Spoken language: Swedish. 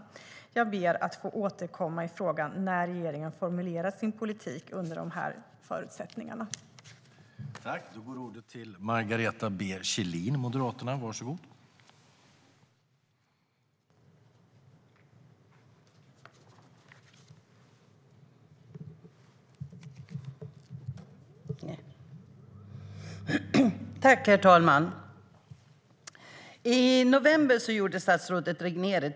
Jag ber att få återkomma i frågan när regeringen formulerat sin politik utifrån de rådande förutsättningarna.